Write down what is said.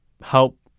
help